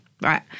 right